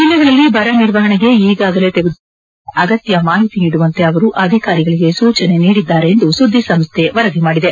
ಜಿಲ್ಲೆಗಳಲ್ಲಿ ಬರ ನಿರ್ವಹಣೆಗೆ ಈಗಾಗಲೇ ತೆಗೆದುಕೊಂಡಿರುವ ಕ್ರಮಗಳ ಬಗ್ಗೆ ಅಗತ್ಯ ಮಾಹಿತಿ ನೀದುವಂತೆ ಅವರು ಅಧಿಕಾರಿಗಳಿಗೆ ಸೂಚನೆ ನೀಡಿದ್ದಾರೆ ಎಂದು ಸುದ್ದಿಸಂಸ್ದೆ ವರದಿ ಮಾಡಿದೆ